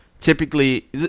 Typically